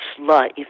life